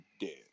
dead